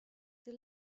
det